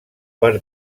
per